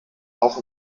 auch